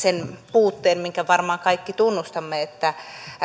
puutteen minkä varmaan kaikki tunnustamme että